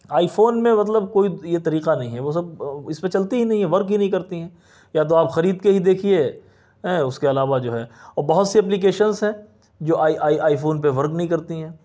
آئی phone میں مطلب کوئی یہ طریقہ نہیں ہے وہ سب اس میں چلتی ہی نہیں ورک ہی نہیں کرتی ہیں یا تو آپ خرید کے ہی دیکھئے اس کے علاوہ جو ہے اور بہت سی اپلیکسنس ہیں جو آئی آئی آئی فون پہ ورک نہیں کرتی ہیں